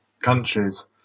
countries